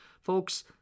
folks